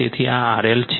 તેથી આ RL છે